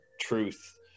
truth